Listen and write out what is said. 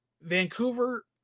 Vancouver